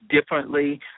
differently